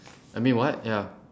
I mean what ya